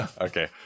Okay